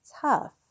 tough